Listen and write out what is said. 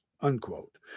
unquote